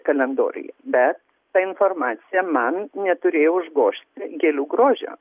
kalendoriuje bet ta informacija man neturėjo užgožti gėlių grožio